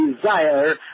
desire